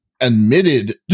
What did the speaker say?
admitted